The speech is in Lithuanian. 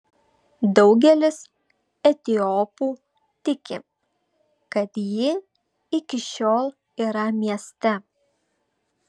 daugelis etiopų tiki kad ji iki šiol yra mieste